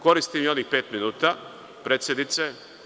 Koristim i onih pet minuta, predsednice.